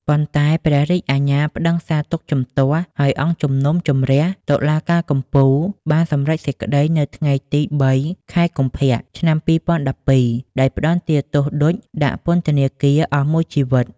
ប៉ុន្តែព្រះរាជអាជ្ញាប្តឹងសាទុក្ខជំទាស់ ហើយអង្គជំនុំជម្រះតុលាការកំពូលបានសម្រេចសេចក្តីនៅថ្ងៃទី៣ ខែកុម្ភៈ ឆ្នាំ២០១២ ដោយផ្តន្ទាទោសឌុចដាក់ពន្ធនាគារអស់មួយជីវិត។